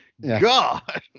God